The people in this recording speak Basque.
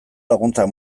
laguntzak